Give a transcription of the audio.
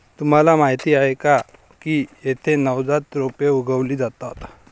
तुम्हाला माहीत आहे का की येथे नवजात रोपे उगवली जातात